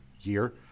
year